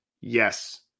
yes